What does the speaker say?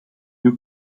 you